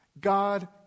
God